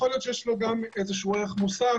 יכול להיות שיש לו גם איזשהו ערך מוסף